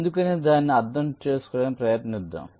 ఎందుకు అనే దానిని అర్థం చేసుకోవడానికి ప్రయత్నిద్దాం